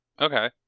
Okay